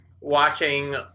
watching